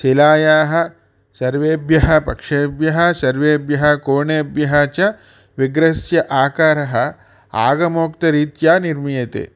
शिलायाः सर्वेभ्यः पक्षेभ्यः सर्वेभ्यः कोणेभ्यः च विग्रहस्य आकारः आगमोक्तरीत्या निर्मीयते